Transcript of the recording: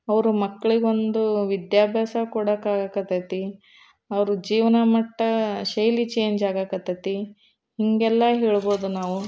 ಅವರು ಮಕ್ಕಳಿಗೊಂದು ವಿದ್ಯಾಭ್ಯಾಸ ಕೊಡಕ್ಕಾಗಕ್ಕತ್ತೈತಿ ಅವರು ಜೀವನ ಮಟ್ಟ ಶೈಲಿ ಚೇಂಜಾಗಕ್ಕತ್ತೈತಿ ಹೀಗೆಲ್ಲ ಹೇಳ್ಬೌದು ನಾವು